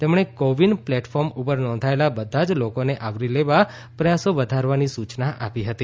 તેમણે CoWIN platform ઉપર નોંધાયેલા બધા જ લોકોને આવરી લેવા પ્રયાસો વધારવાની સૂચના આપી હતી